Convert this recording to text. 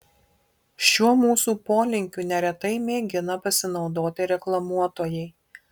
šiuo mūsų polinkiu neretai mėgina pasinaudoti reklamuotojai